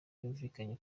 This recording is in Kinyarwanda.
yumvikanye